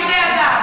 רק ועדה